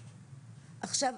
עכשיו,